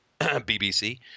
BBC